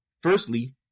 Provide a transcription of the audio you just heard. Firstly